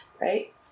Right